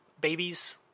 babies